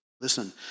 Listen